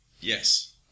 Yes